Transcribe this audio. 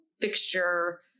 fixture